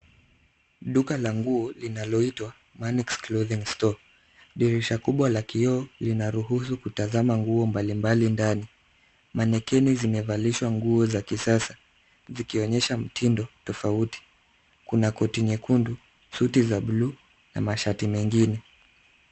Duka la nguo linaloitwa (cs)Manix clothing store(cs) .Dirisha kubwa la kioo linaruhusu kutazama nguo mbalimbali ndani.(cs)Mannequin (cs) zimevalishwa nguo za kisasa vikionyesha mtindo tofauti. Kuna koti nyekundu, suti za bluu na mashati mengine.